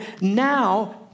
now